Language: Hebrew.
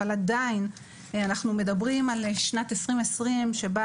אבל עדיין אנחנו מדברים על שנת 2020 שבה